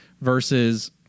Versus